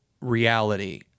reality